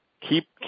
keep